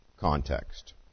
context